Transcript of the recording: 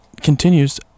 continues